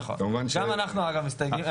נכון, גם אנחנו מסתייגים.